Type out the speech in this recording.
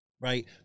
right